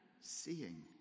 seeing